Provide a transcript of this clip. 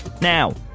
Now